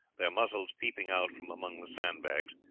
their muzzles peeping out from among the sandbags,